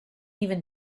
even